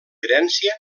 herència